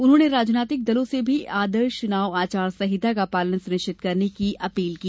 उन्होंने राजनैतिक दलों से भी आदर्श चुनाव आचार संहिता का पालन सुनिश्चित करने की अपील की